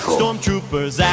Stormtroopers